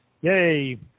Yay